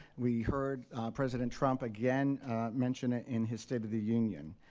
we heard president trump again mention it in his state of the union.